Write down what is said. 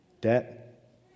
Debt